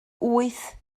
wyth